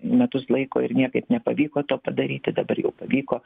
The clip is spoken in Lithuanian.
metus laiko ir niekaip nepavyko to padaryti dabar jau pavyko